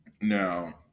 Now